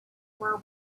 were